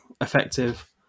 effective